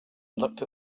looked